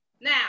now